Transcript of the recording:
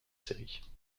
séries